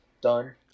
Done